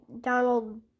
Donald